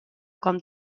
com